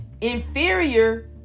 Inferior